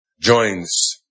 joins